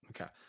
Okay